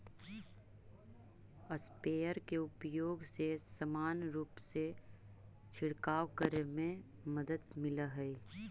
sprayer के उपयोग से समान रूप से छिडकाव करे में मदद मिलऽ हई